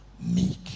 meek